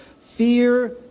fear